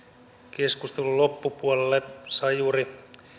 keskustelun loppupuolelle sain juuri